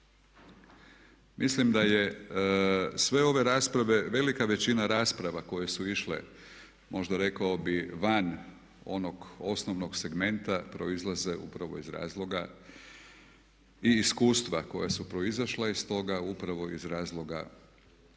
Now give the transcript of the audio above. Mislim da je sve ove rasprave, velika većina rasprava koje su išle možda rekao bi van onog osnovnog segmenta proizlaze upravo iz razloga i iskustva koja su proizašla iz toga upravo iz razloga